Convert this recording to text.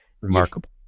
remarkable